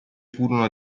furono